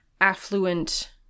affluent